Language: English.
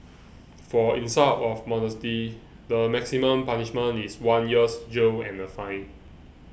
for insult of modesty the maximum punishment is one year's jail and a fine